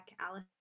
Alice